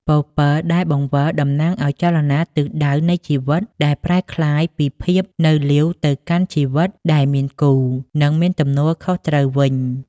ពពិលដែលបង្វិលតំណាងឱ្យចលនាទិសដៅនៃជីវិត ដែលប្រែក្លាយពីភាពនៅលីវទៅកាន់ជីវិតដែលមានគូ និងមានទំនួលខុសត្រូវវិញ ។